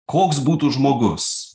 koks būtų žmogus